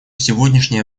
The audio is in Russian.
сегодняшние